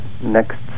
next